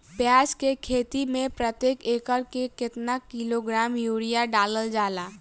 प्याज के खेती में प्रतेक एकड़ में केतना किलोग्राम यूरिया डालल जाला?